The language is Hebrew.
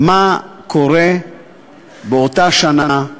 מה קורה באותה שנה,